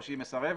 או שהיא מסרבת,